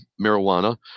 marijuana